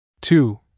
Two